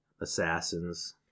assassins